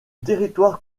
territoire